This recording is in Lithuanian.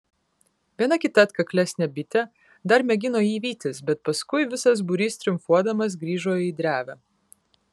viena kita atkaklesnė bitė dar mėgino jį vytis bet paskui visas būrys triumfuodamas grįžo į drevę